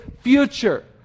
future